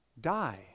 die